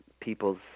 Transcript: People's